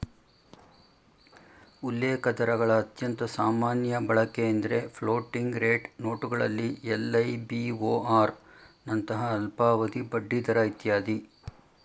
ಉಲ್ಲೇಖದರಗಳ ಅತ್ಯಂತ ಸಾಮಾನ್ಯ ಬಳಕೆಎಂದ್ರೆ ಫ್ಲೋಟಿಂಗ್ ರೇಟ್ ನೋಟುಗಳಲ್ಲಿ ಎಲ್.ಐ.ಬಿ.ಓ.ಆರ್ ನಂತಹ ಅಲ್ಪಾವಧಿ ಬಡ್ಡಿದರ ಇತ್ಯಾದಿ